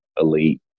elite